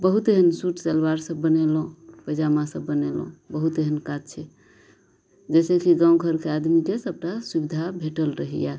बहुत एहन सूट सलवार सब बनेलहुॅं पैजामा सब बनेलहुॅं बहुत एहन काज छै जेना कि गाँव घरके आदमीके सबटा सुविधा भेटल रहैया